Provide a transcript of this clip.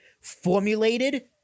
formulated